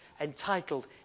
Entitled